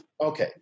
okay